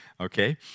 Okay